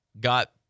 got